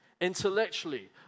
intellectually